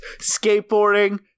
Skateboarding